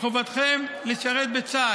חובתכם לשרת בצה"ל,